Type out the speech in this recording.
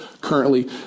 Currently